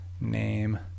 name